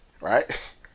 right